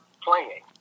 playing